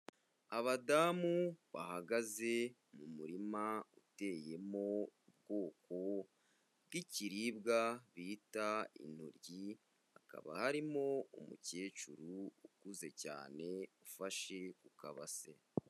Abadamu bahagaze mu murima uteyemo ubwoko bw'ikiribwa bita intoryi, hakaba harimo umukecuru ukuze cyane ufashe ku kabase.